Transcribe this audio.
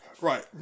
Right